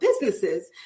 businesses